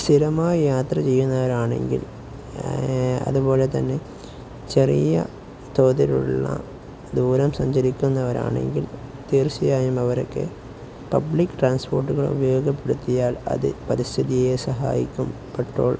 സ്ഥിരമായി യാത്ര ചെയ്യുന്നവരാണെങ്കിൽ അതുപോലെ തന്നെ ചെറിയ തോതിലുള്ള ദൂരം സഞ്ചരിക്കുന്നവരാണെങ്കിൽ തീർച്ചയായും അവരൊക്കെ പബ്ലിക് ട്രാൻസ്പോർട്ടുകൾ ഉപയോഗപ്പെടുത്തിയാൽ അതു പരിസ്ഥിതിയെ സഹായിക്കും പെട്രോൾ